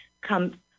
come